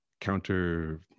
counter